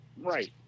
Right